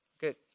Good